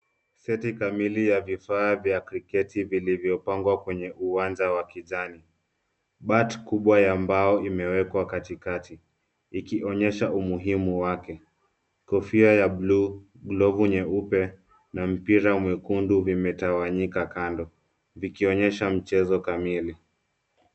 Seti kamili ya vifaa vya kriketi vilivyopangwa kwenye uwanja wa kijani. Bat kubwa ya mbao imewekwa katikati ikionyesha umuhimu wake. Kofia ya blue , glovu nyeupe na mpira mwekundu vimetawanyika kando vikionyesha mchezo kamili.